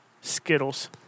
Skittles